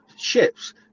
ships